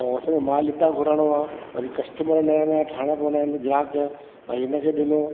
ऐं असां खे मालु हितां घुराइणो आहे वरी कस्टमर नवां नवां ठाहिणा पवंदा आहिनि ग्राहक भाई हिन खे ॾिनो